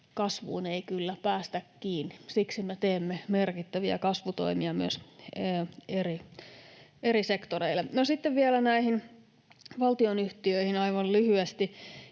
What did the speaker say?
kasvuun ei kyllä päästä kiinni. Siksi me teemme merkittäviä kasvutoimia myös eri sektoreille. No, sitten vielä aivan lyhyesti